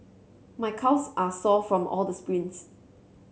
my calves are sore from all the sprints